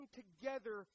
together